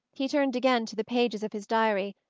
he turned again to the pages of his diary,